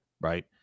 right